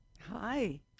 Hi